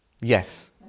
Yes